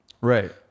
Right